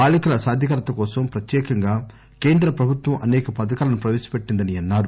బాలికల సాధికారత కోసం ప్రత్యేకంగా కేంద్ర ప్రభుత్వం అనేక పథకాలను ప్రవేశపెట్టిందని అన్నారు